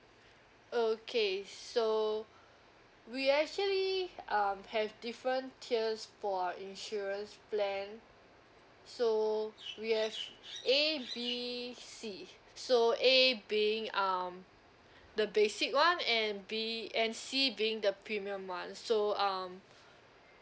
okay so we actually um have different tiers for our insurance plan so we have A B C so A being um the basic one and B and C being the premium one so um